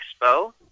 Expo